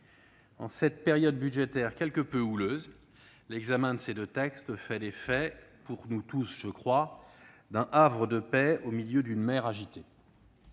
En cette période budgétaire quelque peu houleuse, l'examen de ces deux textes fait l'effet- pour nous tous, je crois -d'un havre de paix au milieu d'une mer agitée.